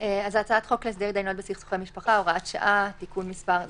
הצעת חוק להסדר התדיינויות בסכסוכי משפחה (הוראת שעה) (תיקון מס' 3),